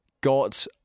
got